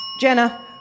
Jenna